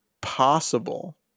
Possible